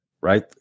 right